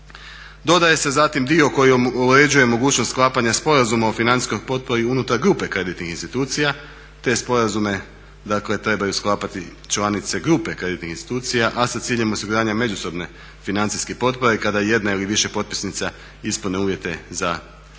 Dodaje se zatim dio koji uređuje mogućnost sklapanja Sporazuma o financijskoj potpori unutar grupe kreditnih institucija. Te sporazume dakle trebaju sklapati članice grupe kreditnih institucija, a sa ciljem osiguranja međusobne financijske potpore kada jedna ili više potpisnica ispuni uvjete za ranu